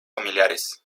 familiares